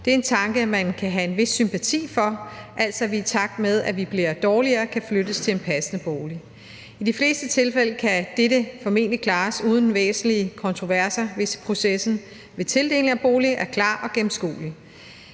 Det er en tanke, som man kan have en vis sympati for, altså at vi, i takt med at vi bliver dårligere, kan flyttes til en passende bolig, og i de fleste tilfælde kan dette formentlig klares uden væsentlige kontroverser, hvis processen ved tildelingen af bolig er klar og gennemskuelig.